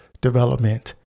development